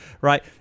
right